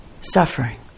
suffering